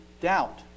doubt